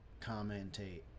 commentate